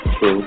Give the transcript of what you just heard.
True